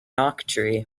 octree